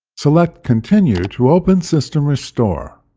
select continue to open system restore.